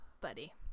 buddy